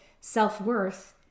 self-worth